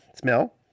Smell